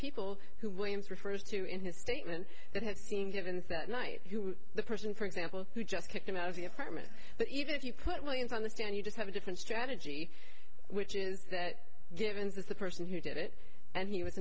people who williams refers to in his statement that have seen givens that night the person for example who just kicked him out of the apartment but even if you put millions on the stand you just have a different strategy which is that givens is the person who did it and he was